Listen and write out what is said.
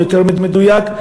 יותר מדויק,